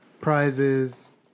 prizes